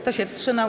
Kto się wstrzymał?